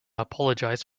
apologise